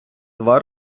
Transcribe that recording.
два